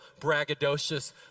braggadocious